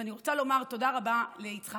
אז אני רוצה לומר תודה רבה ליצחק,